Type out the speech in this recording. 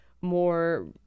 more